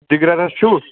دِگرَنَس چھُو